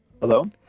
Hello